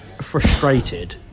frustrated